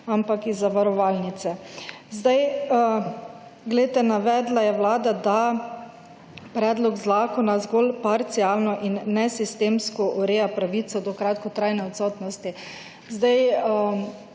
ampak iz zavarovalnice. Zdaj, glejte, navedla je vlada, da predlog zakona zgolj parcialno in nesistemsko ureja pravico do kratkotrajne odsotnosti. Zdaj,